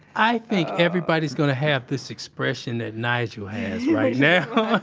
i think everybody is going to have this expression that nigel has right now.